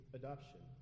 adoption